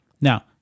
Now